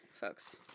folks